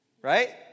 Right